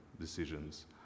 decisions